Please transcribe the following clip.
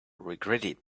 regretted